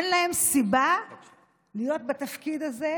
אין להם סיבה להיות בתפקיד הזה.